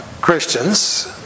Christians